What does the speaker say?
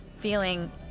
feeling